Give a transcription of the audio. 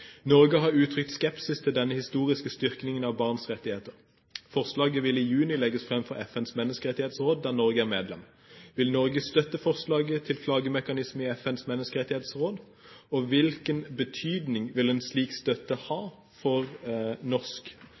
Norge har uttrykt skepsis til denne historiske styrkingen av barns rettigheter. Forslaget vil i juni legges fram for FNs menneskerettighetsråd, der Norge er medlem. Vil Norge støtte forslaget til klagemekanisme i FNs menneskerettighetsråd, og hvilken betydning vil en slik støtte ha for norsk